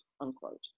unquote